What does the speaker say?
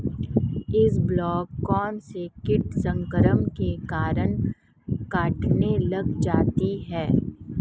इसबगोल कौनसे कीट संक्रमण के कारण कटने लग जाती है?